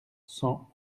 cent